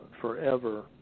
forever